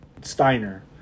Steiner